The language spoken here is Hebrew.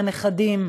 עם הנכדים.